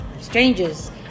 strangers